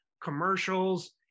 commercials